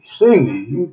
singing